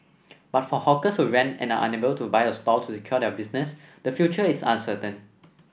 but for hawkers who rent and are unable to buy a stall to secure their business the future is uncertain